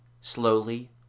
slowly